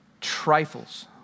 trifles